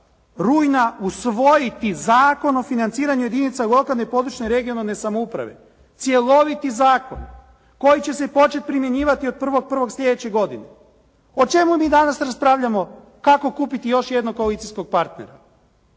rujna usvojiti Zakon o financiranju jedinica lokalne i područne, regionalne samouprave, cjeloviti zakon koji će se početi primjenjivati od 1.1. sljedeće godine. O čemu mi danas raspravljamo kako kupiti još jednog koalicijskog partnera.